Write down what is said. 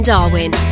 Darwin